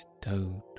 Toad